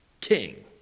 king